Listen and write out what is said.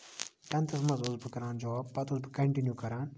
ٹینتھس منٛز اوسُس بہٕ کران جوب پَتہٕ اوسُس بہٕ کَنٹِنِو کران